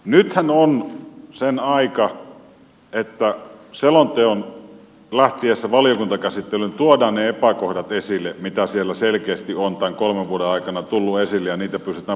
nythän on sen aika että selonteon lähtiessä valiokuntakäsittelyyn tuodaan ne epäkohdat esille mitä siellä selkeästi on tämän kolmen vuoden aikana tullut esille ja niitä pystytään parantamaan